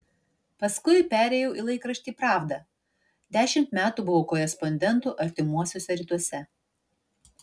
paskui perėjau į laikraštį pravda dešimt metų buvau korespondentu artimuosiuose rytuose